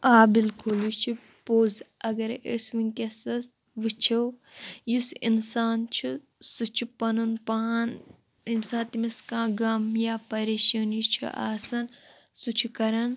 آ بِلکُل یہِ چھِ پوٚز اگرَے أسی وٕنۍکٮ۪سَس وٕچھو یُس اِنسان چھُ سُہ چھُ پنُن پان ییٚمہِ ساتہٕ تٔمس کانٛہہ غم یا پریشٲنی چھِ آسان سُہ چھُ کَران